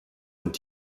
und